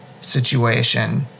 situation